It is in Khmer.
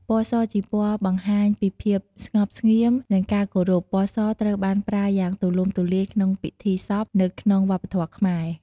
ពណ៌ស ជាពណ៌បង្ហាញនៃភាពស្ងប់ស្ងៀម និងការគោរព។ ពណ៌សត្រូវបានប្រើយ៉ាងទូលំទូលាយក្នុងពិធីសពនៅក្នុងវប្បធម៌ខ្មែរ។